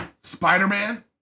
Spider-Man